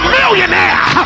millionaire